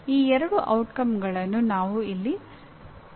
ಈ ಎರಡು ಪರಿಣಾಮಗಳನ್ನು ನಾವು ಇಲ್ಲಿ ತಿಳಿಸುತ್ತೇವೆ